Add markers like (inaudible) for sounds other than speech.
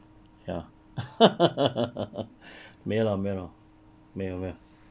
ya (laughs) 没有啦没有没有没有